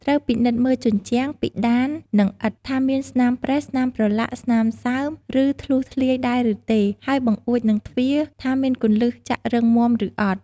ត្រូវពិនិត្យមើលជញ្ជាំង ពិដាន និងឥដ្ឋ ថាមានស្នាមប្រេះ ស្នាមប្រឡាក់ ស្នាមសើម ឬធ្លុះធ្លាយដែរឬទេ ហើយបង្អួច និងទ្វារ ថាមានគន្លឹះចាក់រឹងមាំឬអត់។